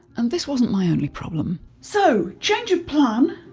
and this wasn't my only problem. so change of plan.